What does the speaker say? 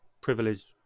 privileged